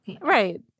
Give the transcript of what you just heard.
Right